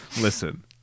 Listen